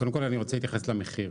קודם כל אני רוצה להתייחס למחיר,